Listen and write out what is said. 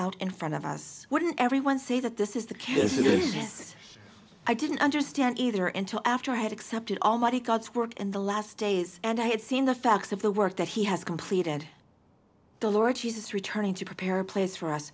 out in front of us wouldn't every one say that this is the case is this i didn't understand either into after i had accepted almighty god's word in the last days and i had seen the facts of the work that he has completed the lord jesus returning to prepare a place for us